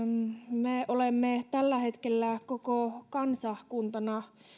me olemme tällä hetkellä koko kansakuntana